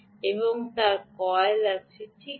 এখানে তার কয়েল আছে ঠিক আছে